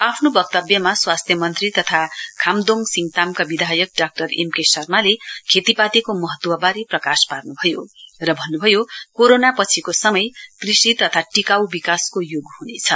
आफ्नो वक्तव्यमा स्वास्थ्या मन्त्री तथा खाम्देड सिङतामका विधायक डाक्टर एम के शर्माले खेतीपातीको महत्ववारे प्रकाश पार्नभयो र भन्नुभयो कोरोना पछिको समय कृषि तथा टिकाउ विकासको युग हुनेछ